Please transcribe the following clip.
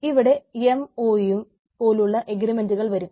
അവിടെ M O U വരും